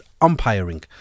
umpiring